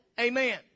Amen